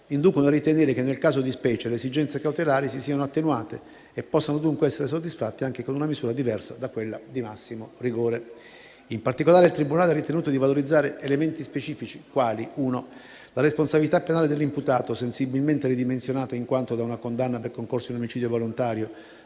inducono a ritenere che, nel caso di specie, le esigenze cautelari si siano attenuate e possano dunque essere soddisfatte anche con una misura diversa da quella di massimo rigore. In particolare, il tribunale ha ritenuto di valorizzare elementi specifici quali: la responsabilità penale dell'imputato sensibilmente ridimensionata in quanto da una condanna per concorso in omicidio volontario